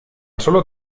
sólo